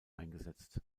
eingesetzt